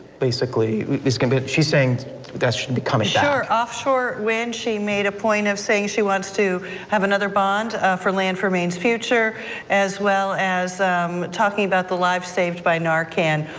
basically, this can be she's saying that should be coming back. offshore wind, she made a point of saying she wants to have another bond for land for maine's future as well as um talking about the live saved by narcan.